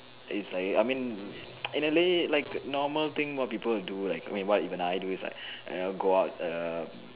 is like I mean in a way like normal thing what people will do like I mean what even I do is like and I'll go out um